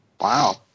Wow